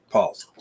Pause